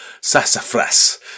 Sassafras